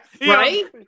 Right